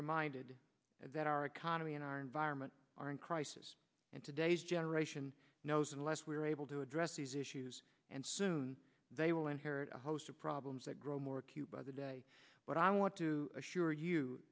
reminded that our economy and our environment are in crisis and today's generation knows unless we are able to address these issues and soon they will inherit a host of problems that grow more acute by the day but i want to assure you